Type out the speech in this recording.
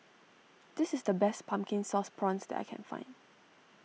this is the best Pumpkin Sauce Prawns that I can find